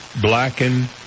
blackened